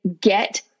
get